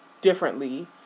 differently